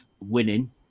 winning